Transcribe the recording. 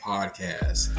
Podcast